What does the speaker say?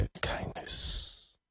kindness